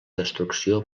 destrucció